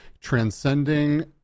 Transcending